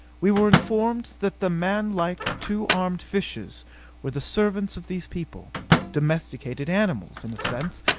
we were informed that the manlike, two-armed fishes were the servants of these people domesticated animals, in a sense,